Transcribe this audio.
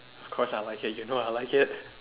of course I like it you know I like it